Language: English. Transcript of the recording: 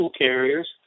carriers